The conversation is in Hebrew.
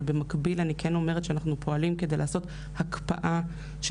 אבל במקביל אני כן אומר שאנחנו פועלים כדי לעשות הקפאה של